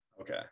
Okay